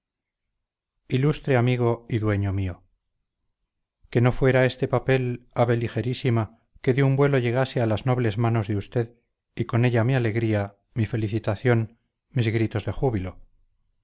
ilustre amigo y dueño mío que no fuera este papel ave ligerísima que de un vuelo llegase a las nobles manos de usted y con ella mi alegría mi felicitación mis gritos de júbilo